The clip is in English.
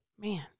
man